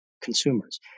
consumers